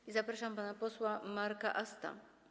I zapraszam pana posła Marka Asta.